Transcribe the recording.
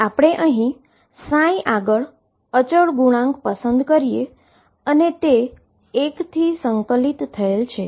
આપણે અહી આગળ કોંસ્ટન્ટ કોએફીશીઅન્ટ પસંદ કરીએ અને તે 1 થી ઈન્ટીગ્રેટેડ થયેલ છે